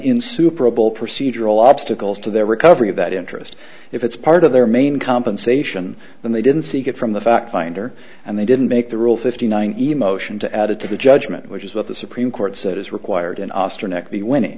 insuperable procedural obstacles to their recovery of that interest if it's part of their main compensation then they didn't seek it from the fact finder and they didn't make the rule fifty nine emotion to add to the judgement which is what the supreme court said is required in oster nec the winning